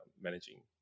managing